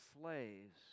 slaves